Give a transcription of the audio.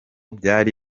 byari